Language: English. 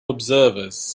observers